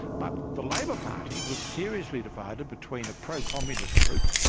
but the labor party was seriously divided between a pro-communist group,